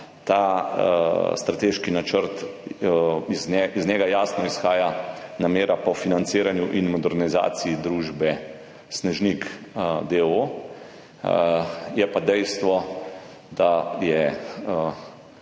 tega strateškega načrta jasno izhaja namera po financiranju in modernizaciji družbe Snežnik, d. o. o., je pa dejstvo, da je